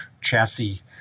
chassis